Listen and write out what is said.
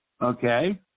Okay